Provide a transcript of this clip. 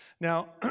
Now